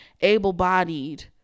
able-bodied